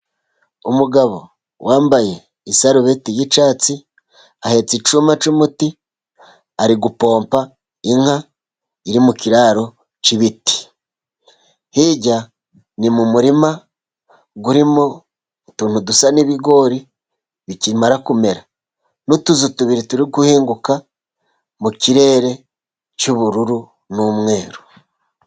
Umugabo wambaye isarubeti y'icyatsi, ahetse icyuma cy'umuti ari gupompa inka iri mu kiraro cy'ibiti, hirya ni mu murima urimo utuntu dusa n'ibigori bikimara kumera, n'utuzu tubiri turi guhinguka mu kirere cy'ubururu n'umweru.